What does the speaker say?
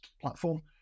platform